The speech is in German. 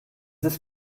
ist